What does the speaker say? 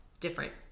different